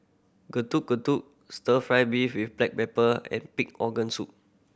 Getuk Getuk Stir Fry beef with black pepper and pig organ soup